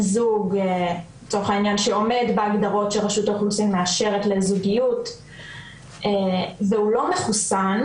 זוג שעומד בהגדרות שרשות האוכלוסין מאשרת לזוגיות והוא לא מחוסן,